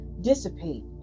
dissipate